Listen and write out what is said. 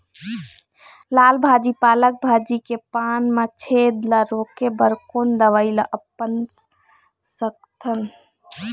लाल भाजी पालक भाजी के पान मा छेद ला रोके बर कोन दवई ला अपना सकथन?